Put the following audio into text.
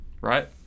right